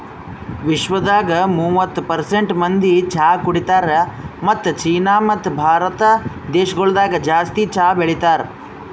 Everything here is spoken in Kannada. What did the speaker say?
ವಿಶ್ವದಾಗ್ ಮೂವತ್ತು ಪರ್ಸೆಂಟ್ ಮಂದಿ ಚಹಾ ಕುಡಿತಾರ್ ಮತ್ತ ಚೀನಾ ಮತ್ತ ಭಾರತ ದೇಶಗೊಳ್ದಾಗ್ ಜಾಸ್ತಿ ಚಹಾ ಬೆಳಿತಾರ್